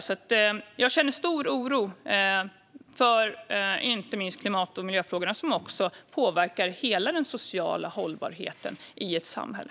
Jag känner därför stor oro för inte minst klimat och miljöfrågorna som också påverkar hela den sociala hållbarheten i ett samhälle.